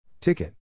Ticket